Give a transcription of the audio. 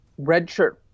redshirt